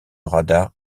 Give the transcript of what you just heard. radars